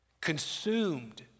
consumed